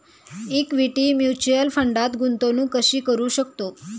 Equity mutual फंडात गुंतवणूक कशी करू शकतो?